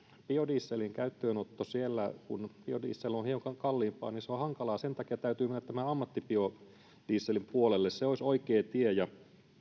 biodieselin käyttöönotto siellä on hankalaa kun biodiesel on hiukan kalliimpaa sen takia täytyy mennä tämän ammattibiodieselin puolelle se olisi oikea tie